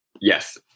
Yes